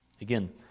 Again